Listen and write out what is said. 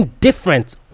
different